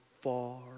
far